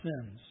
sins